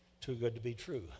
too-good-to-be-true